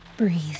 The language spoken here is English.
Breathe